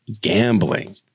gambling